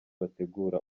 bategura